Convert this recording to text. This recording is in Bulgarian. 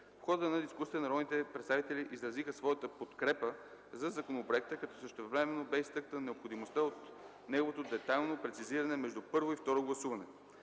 В хода на дискусията народните представители изразиха своята подкрепа за законопроекта, като същевременно бе изтъкната необходимостта от неговото детайлно прецизиране между първо и второ гласуване.